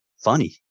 funny